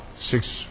six